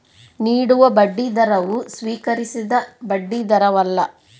ನೀಡುವ ಬಡ್ಡಿದರವು ಸ್ವೀಕರಿಸಿದ ಬಡ್ಡಿದರವಲ್ಲ